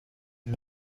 une